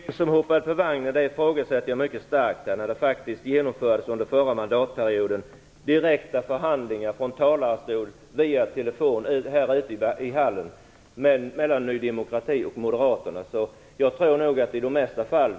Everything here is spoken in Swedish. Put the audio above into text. Herr talman! Vem som hoppade på vems vagn under förra mandatperioden kan man ifrågasätta. Det genomfördes direkta förhandlingar mellan Ny demokrati och Moderaterna från talarstolen och via telefonen i foajén.